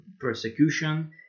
persecution